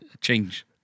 change